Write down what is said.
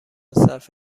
صرف